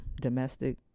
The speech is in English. domestic